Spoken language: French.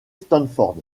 stanford